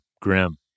Grim